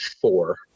four